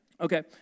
Okay